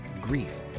grief